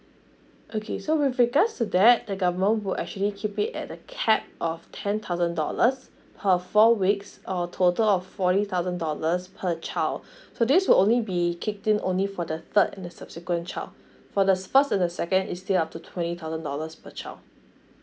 okay so with regards to that the government will actually keep it at the cap of ten thousand dollars per four weeks or total of forty thousand dollars per child so this will only be kicked in only for the third and the subsequent child for the first to the second is still up to twenty thousand dollars per child